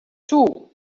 too